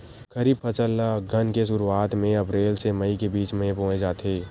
खरीफ फसल ला अघ्घन के शुरुआत में, अप्रेल से मई के बिच में बोए जाथे